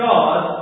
God